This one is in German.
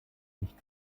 nicht